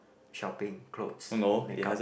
shopping clothes and then makeup